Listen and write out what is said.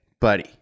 buddy